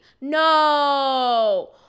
no